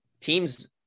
teams